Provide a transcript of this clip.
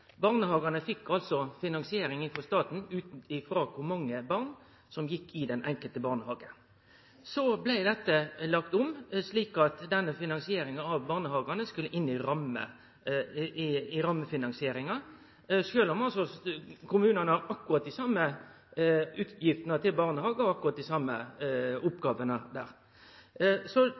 barnehagane stykkprisfinansierte. Barnehagane fekk altså finansiering frå staten ut frå kor mange barn som gjekk i den enkelte barnehagen. Så blei dette lagt om, slik at denne finansieringa av barnehagane skulle inn i rammefinansieringa, sjølv om altså kommunane har akkurat dei same utgiftene til barnehagar og akkurat dei same oppgåvene der.